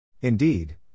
Indeed